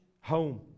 home